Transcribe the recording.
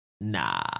nah